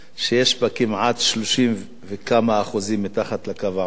שיש בה 30 וכמה אחוזים מתחת לקו העוני,